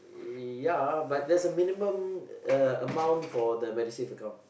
uh ya but there's a minimum uh amount for the Medisave account